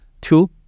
Two